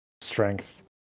strength